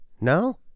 No